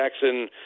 Jackson